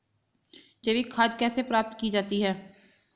जैविक खाद कैसे प्राप्त की जाती है?